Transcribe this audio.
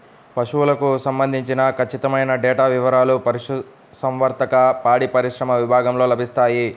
పశువులకు సంబంధించిన ఖచ్చితమైన డేటా వివారాలు పశుసంవర్ధక, పాడిపరిశ్రమ విభాగంలో లభిస్తాయి